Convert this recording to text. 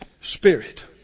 Spirit